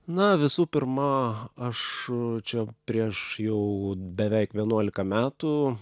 na visų pirma aš čia prieš jau beveik vienuolika metų